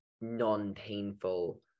non-painful